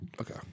Okay